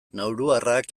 nauruarrak